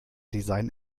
design